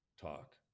talk